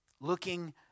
looking